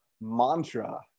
mantra